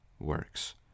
works